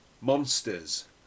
monsters